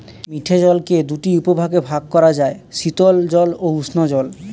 মিঠে জলকে দুটি উপবিভাগে ভাগ করা যায়, শীতল জল ও উষ্ঞ জল